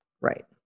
Right